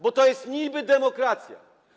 Bo to jest niby-demokracja.